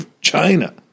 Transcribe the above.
China